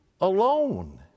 alone